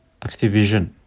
activision